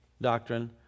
doctrine